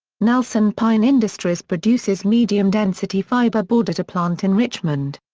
nelson pine industries produces medium-density fibreboard at a plant in richmond.